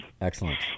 Excellent